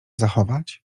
zachować